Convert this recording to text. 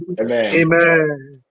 Amen